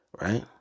Right